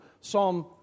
Psalm